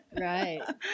Right